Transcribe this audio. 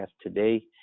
today